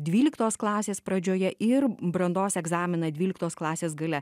dvyliktos klasės pradžioje ir brandos egzaminą dvyliktos klasės gale